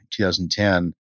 2010